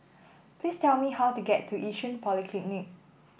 please tell me how to get to Yishun Polyclinic